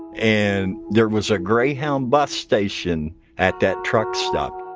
and there was a greyhound bus station at that truckstop.